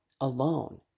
alone